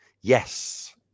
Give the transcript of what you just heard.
Yes